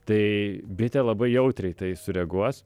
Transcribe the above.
tai bitė labai jautriai į tai sureaguos